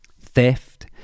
theft